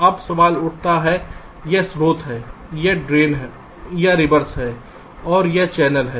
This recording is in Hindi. अब सवाल उठता है यह स्रोत है यह ड्रेन या रिवर्स है और यह चैनल है